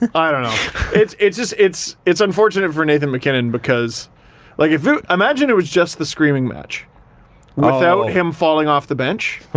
it's it's just, it's, it's unfortunate for nathan mackinnon because like, if you imagine it was just the screaming match without ah him falling off the bench,